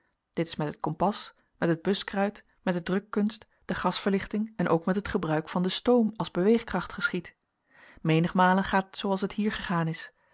dit is met het kompas met het buskruit met de drukkunst de gasverlichting en ook met het gebruik van den stoom als beweegkracht geschied menigmalen gaat het zooals het hier gegaan is